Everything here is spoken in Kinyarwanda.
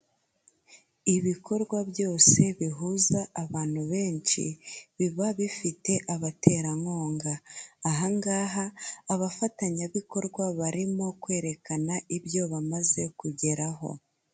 Ibikorwa byose bihuza abantu benshi, biba bifite abaterankunga; aha ngaha, abafatanyabikorwa barimo kwerekana ibyo bamaze kugeraho.